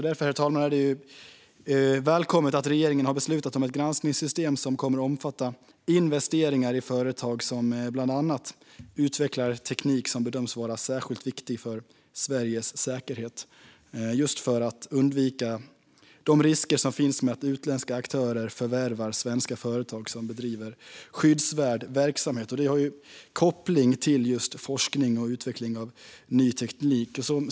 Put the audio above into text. Därför, herr talman, är det välkommet att regeringen har beslutat om ett granskningssystem som bland annat kommer att omfatta investeringar i företag vilka utvecklar teknik som bedöms vara särskilt viktig för Sveriges säkerhet - detta för att undvika de risker som finns med att utländska aktörer förvärvar svenska företag som bedriver skyddsvärd verksamhet. Det har koppling till just forskning och utveckling av ny teknik.